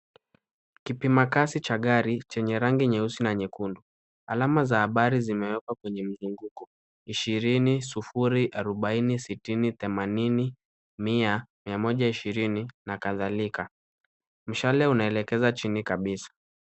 Kipima kasi cha gari chenye rangi nyeusi na nyekundu. Alama za habari zimewekwa kwenye mzunguko; ishirini, sufuri, arubaini .sitini ,themanini mia ,mia moja ishirini na kadhalika. Mshale unaelekeza chini kabisa.